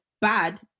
bad